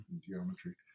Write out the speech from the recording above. geometry